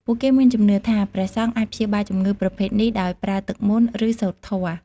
ពួកគេមានជំនឿថាព្រះសង្ឃអាចព្យាបាលជំងឺប្រភេទនេះដោយប្រើទឹកមន្ត ឬសូត្រធម៌។